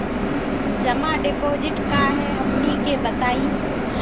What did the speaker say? जमा डिपोजिट का हे हमनी के बताई?